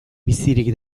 bizirik